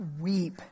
weep